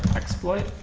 exploit